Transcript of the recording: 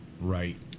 Right